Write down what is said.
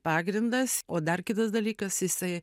pagrindas o dar kitas dalykas jisai